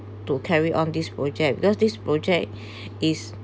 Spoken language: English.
to carry on this project because this project is